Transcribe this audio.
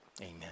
amen